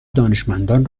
دانشمندان